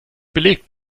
belegt